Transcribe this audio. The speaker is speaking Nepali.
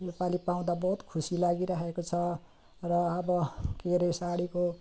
यो पालि पाउँदा बहुत खुसी लागिराखेको छ र अब के हरे साडीको